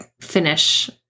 finish